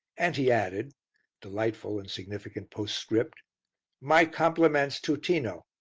and he added delightful and significant postscript my compliments to tino.